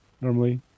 Normally